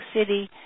City